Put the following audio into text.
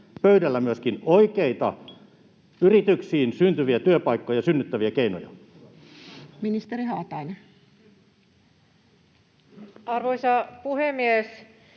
pöydällä myöskin oikeita yrityksiin työpaikkoja synnyttäviä keinoja? Ministeri Haatainen. Arvoisa puhemies!